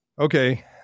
Okay